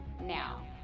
now